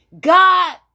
God